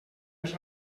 les